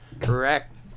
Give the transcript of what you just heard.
Correct